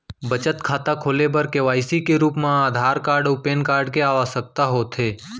बचत खाता खोले बर के.वाइ.सी के रूप मा आधार कार्ड अऊ पैन कार्ड के आवसकता होथे